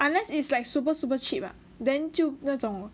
unless is like super super cheap ah then 就那种